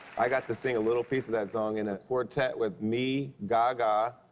i got to sing a little piece of that song in a quartet with me, gaga,